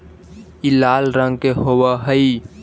ई लाल रंग के होब हई